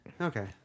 Okay